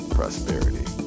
prosperity